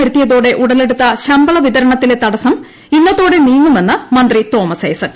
വരുത്തിയതോടെ ഉടലെടുത്ത ശമ്പള വിതരണത്തിലെ തടസം ഇന്നത്തോടെ നീങ്ങുമെന്ന് മന്ത്രി തോമസ് ഐസക്